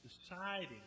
deciding